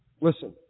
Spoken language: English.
Listen